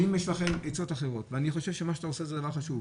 ואם יש לכם עצות אחרות ואני חושב שמה שאתה עושה זה דבר חשוב,